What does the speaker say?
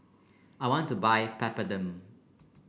I want to buy Peptamen